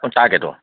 কোন